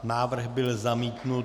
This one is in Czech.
Návrh byl zamítnut.